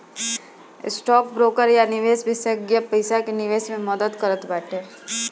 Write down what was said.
stock broker या निवेश विषेशज्ञ पईसा के निवेश मे मदद करत बाटे